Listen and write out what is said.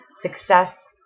success